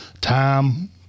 time